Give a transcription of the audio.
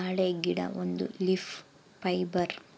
ಬಾಳೆ ಗಿಡ ಒಂದು ಲೀಫ್ ಫೈಬರ್